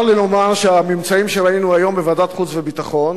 צר לי לומר שהממצאים שראינו היום בוועדת החוץ והביטחון